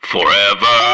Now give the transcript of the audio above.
Forever